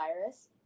virus